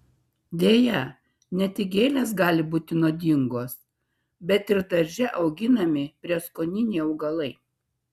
deja ne tik gėlės gali būti nuodingos bet ir darže auginami prieskoniniai augalai